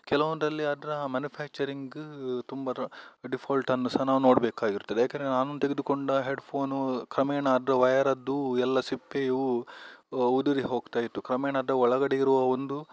ಕೆಲವೊಂದರಲ್ಲಿ ಅದರ ಮನುಫ್ಯಾಕ್ಚರಿಂಗ್ ತುಂಬ ರ ಡಿಫಾಲ್ಟ್ ಅನ್ನು ಸಹ ನಾವು ನೋಡಬೇಕಾಗಿರ್ತದೆ ಯಾಕೆಂದರೆ ನಾನು ತೆಗೆದುಕೊಂಡ ಹೆಡ್ಫೋನು ಕ್ರಮೇಣ ಅದರ ವಯರದ್ದು ಎಲ್ಲ ಸಿಪ್ಪೆಯು ಉದುರಿ ಹೋಗ್ತಾಯಿತ್ತು ಕ್ರಮೇಣ ಅದರ ಒಳಗಡೆ ಇರುವ ಒಂದು